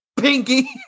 Pinky